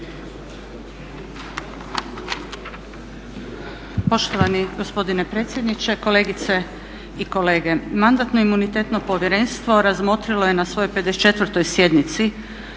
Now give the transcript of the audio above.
Poštovani gospodine predsjedniče, kolegice i kolege. Mandatno-imunitetno povjerenstvo razmotrilo je na svojoj 54. sjednici